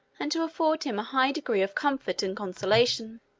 and to afford him a high degree of comfort and consolation.